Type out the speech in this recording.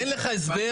אין לך הסבר.